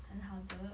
很好的